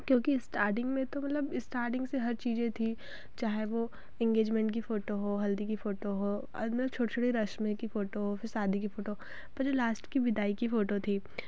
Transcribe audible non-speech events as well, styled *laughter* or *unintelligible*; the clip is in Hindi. क्योंकि स्टार्डिंग में तो मतलब स्टार्डिंग से हर चीज़ें थी चाहे वह एंगेजमेंट की फ़ोटो हो हल्दी की फ़ोटो हो *unintelligible* छोटे छोटे रस्मों की फ़ोटो फिर शादी की फ़ोटो पर जो लास्ट की विदाई की फ़ोटो थी